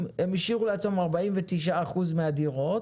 אם הם השאירו לעצמם 49% מהדירות,